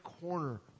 corner